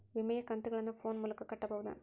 ವಿಮೆಯ ಕಂತುಗಳನ್ನ ಫೋನ್ ಮೂಲಕ ಕಟ್ಟಬಹುದಾ?